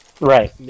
Right